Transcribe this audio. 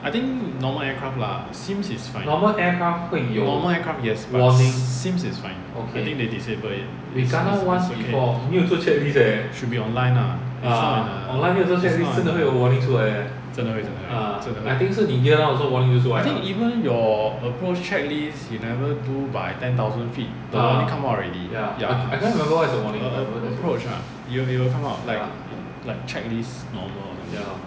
I think normal aircraft lah sims is fine normal aircraft yes but sims is fine I think they disable it it's okay should be online lah is not in the is not 真的会真的会 I think even your approach checklist you never do by ten thousand feet the warning come out already ya err err approach ah 有看过 like checklist normal or something